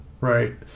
right